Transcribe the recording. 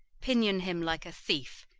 pinion him like a thief,